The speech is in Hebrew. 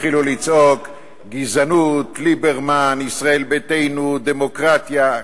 גזענות, ליברמן, ישראל ביתנו, דמוקרטיה.